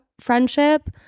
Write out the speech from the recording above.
friendship